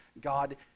God